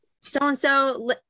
so-and-so